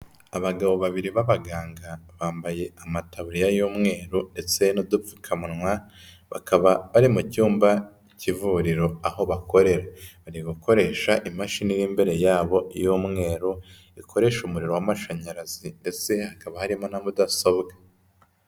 Abagabo babiri b'abaganga bambaye amataburiya y'umweru ndetse n'udupfukamunwa, bakaba bari mu cyumba cy'ivuriro aho bakorera. Bari gukoresha imashini iri imbere yabo y'umweru ikoresha umuriro w'amashanyarazi ndetse hakaba harimo na mudasobwa.